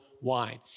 wine